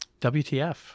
WTF